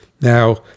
Now